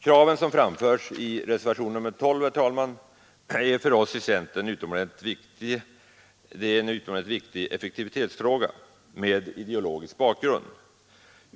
Kravet som framföres i reservationen 12 gäller en för oss i centern utomordentligt viktig effektivitetsfråga med ideologisk bakgrund.